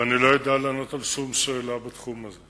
ואני לא אדע לענות על שום שאלה בתחום הזה.